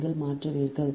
நீங்கள் மாற்றுவீர்கள்